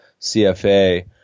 CFA